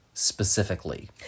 specifically